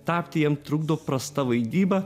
tapti jam trukdo prasta vaidyba